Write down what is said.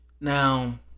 Now